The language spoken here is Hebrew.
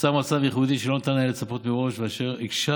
נוצר מצב ייחודי שלא ניתן היה לצפות מראש ואשר הקשה